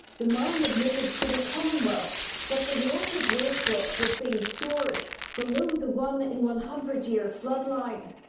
the mine admitted to the commonwealth that the reactive waste rock was being stored below the one in one hundred year flood line.